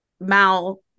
Mal